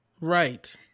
Right